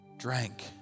drank